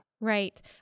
Right